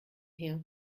her